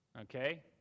Okay